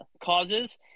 causes